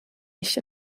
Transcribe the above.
nicht